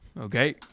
Okay